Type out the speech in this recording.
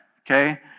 okay